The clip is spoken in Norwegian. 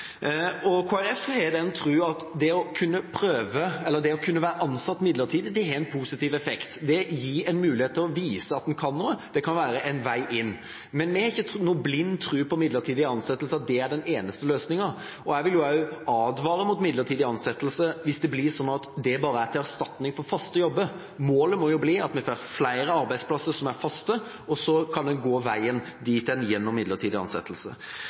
har den tro at det å kunne være ansatt midlertidig har en positiv effekt. Det gir en mulighet til å vise at man kan noe, det kan være en vei inn. Men vi har ikke noen blind tro på at midlertidig ansettelse er den eneste løsninga, og jeg vil også advare mot midlertidig ansettelse hvis det blir sånn at det er til erstatning for faste jobber. Målet må bli at vi får flere arbeidsplasser som er faste, og så kan man gå veien dit hen gjennom midlertidig ansettelse.